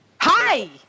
Hi